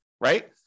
right